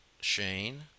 Shane